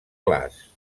clars